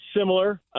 Similar